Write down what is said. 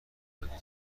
دادی